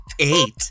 Eight